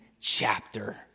chapter